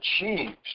achieved